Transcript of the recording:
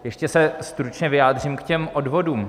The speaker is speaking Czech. Ještě se stručně vyjádřím k těm odvodům.